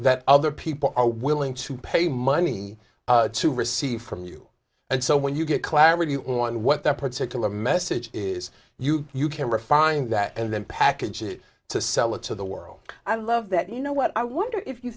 that other people are willing to pay money to receive from you and so when you get clarity on what that particular message is you you can refine that and then package it to sell it to the world i love that you know what i wonder if you